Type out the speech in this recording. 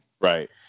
right